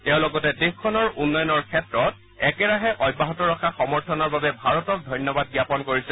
তেওঁ লগতে দেশখনৰ উন্নয়নৰ ক্ষেত্ৰত একেৰাহে অব্যাহত ৰখা সমৰ্থনৰ বাবে ভাৰতক ধন্যবাদ জ্ঞাপন কৰিছে